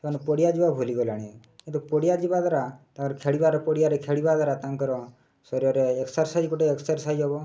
ତେଣୁ ପଡ଼ିଆ ଯିବା ଭୁଲିଗଲେଣି କିନ୍ତୁ ପଡ଼ିଆ ଯିବା ଦ୍ୱାରା ତାଙ୍କର ଖେଳିବାରେ ପଡ଼ିଆରେ ଖେଳିବା ଦ୍ୱାରା ତାଙ୍କର ଶରୀରରେ ଏକ୍ସରସାଇଜ ଗୋଟେ ଏକ୍ସରସାଇଜ ହବ